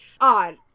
odd